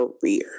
career